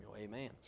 Amen